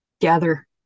gather